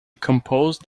composed